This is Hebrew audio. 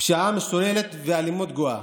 פשיעה משתוללת ואלימות גואה.